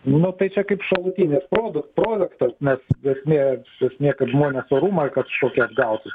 nu tai čia kaip šalutinis produk produktas nes esmė esmė kad žmonės orumą kažkokį atgautų